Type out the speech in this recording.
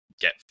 get